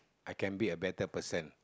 I can be a better person